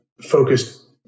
focused